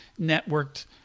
networked